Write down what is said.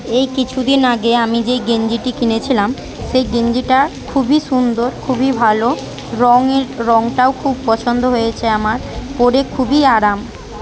এই কিছু দিন আগে আমি যেই গেঞ্জিটি কিনেছিলাম সেই গেঞ্জিটা খুবই সুন্দর খুবই ভালো রঙের রঙটাও খুব পছন্দ হয়েছে আমার পরে খুবই আরাম